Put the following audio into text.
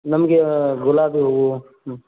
ನನಗೇ ಗುಲಾಬಿ ಹೂವು ಹ್ಞೂ